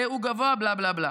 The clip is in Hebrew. הוא גבוה" בלה-בלה-בלה.